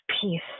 peace